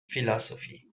philosophy